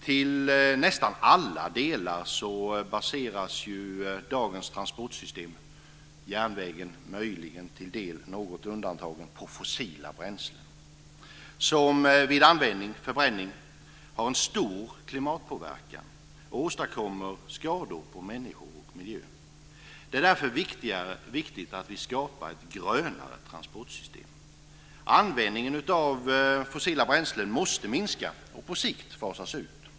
Till nästan alla delar baseras ju dagens transportsystem, järnvägen möjligen till någon del undantagen, på fossila bränslen som har en stor klimatpåverkan vid förbränning och åstadkommer skador på människor och miljö. Det är därför viktigt att vi skapar ett grönare transportsystem. Användningen av fossila bränslen måste minska och på sikt fasas ut.